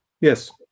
Yes